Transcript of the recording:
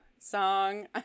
song